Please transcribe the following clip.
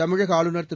தமிழக ஆளுநர் திரு